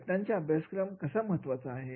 घटनांचा अभ्यासक्रम कसा महत्त्वाचा आहे